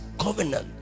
covenant